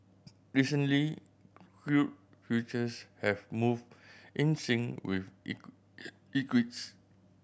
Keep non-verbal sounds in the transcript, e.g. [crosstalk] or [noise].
recently crude futures have moved in sync with [unintelligible]